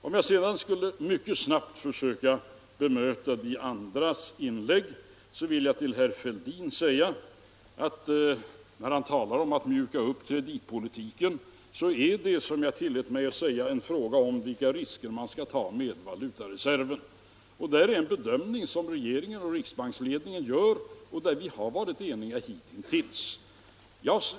Om jag sedan skulle mycket snabbt försöka bemöta de andras inlägg vill jag till herr Fälldin säga, när han talar om att mjuka upp kreditpolitiken, att det är en fråga om vilka risker man skall ta med valutareserven. Regeringen och riksbanksledningen gör en bedömning, och vi har varit eniga hittills.